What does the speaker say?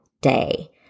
day